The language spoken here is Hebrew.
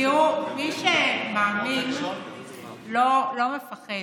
תראו, מי שמאמין לא מפחד.